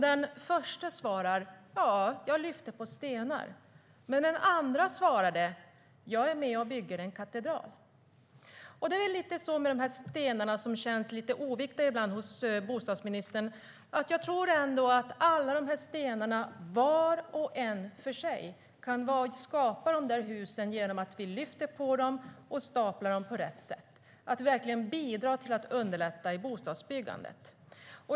Den första svarade: Jag lyfter stenar. Men den andra svarade: Jag är med och bygger en katedral. Det är lite så med de här stenarna som ibland känns lite oviktiga hos bostadsministern. Jag tror ändå att alla dessa stenar, var och en för sig, kan skapa dessa hus genom att vi lyfter på dem och staplar dem på rätt sätt och verkligen bidrar till att underlätta bostadsbyggandet.